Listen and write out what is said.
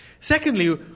Secondly